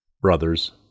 Brothers